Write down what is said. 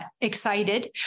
excited